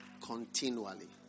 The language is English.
continually